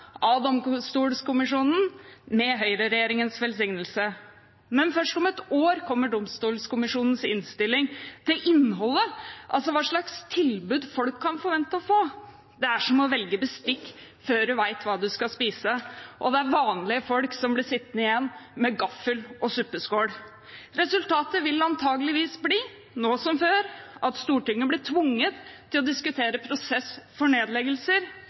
av Domstolkommisjonen, med høyreregjeringens velsignelse. Først om et år kommer Domstolkommisjonens innstilling til innholdet, altså hva slags tilbud folk kan forvente å få. Det er som å velge bestikk før en vet hva en skal spise, og det er vanlige folk som blir sittende igjen med gaffel og suppeskål. Resultatet vil antakeligvis bli, nå som før, at Stortinget blir tvunget til å diskutere prosess for nedleggelser